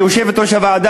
כיושבת-ראש הוועדה,